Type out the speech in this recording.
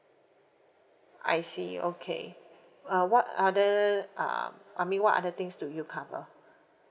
I see okay uh what other uh I mean what other things do you cover